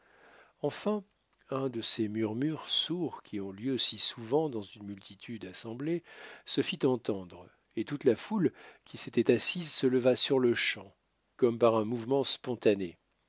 enfin un de ces murmures sourds qui ont lieu si souvent dans une multitude assemblée se fit entendre et toute la foule qui s'était assise se leva sur-le-champ comme par un mouvement spontané